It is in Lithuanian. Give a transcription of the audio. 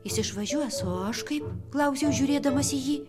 jis išvažiuos o aš kaip klausiau žiūrėdamas į jį